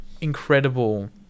incredible